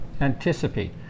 anticipate